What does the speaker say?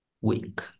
week